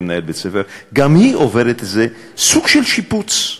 כמנהל בית-ספר, גם היא עוברת איזה סוג של שיפוץ.